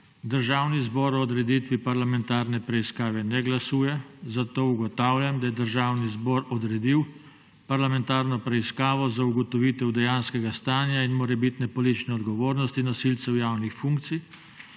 Državni zbor o odreditvi parlamentarne preiskave ne glasuje, zato ugotavljam, da je Državni zbor odredil parlamentarno preiskavo za ugotovitev dejanskega stanja in morebitne politične odgovornosti nosilcev javnih funkcij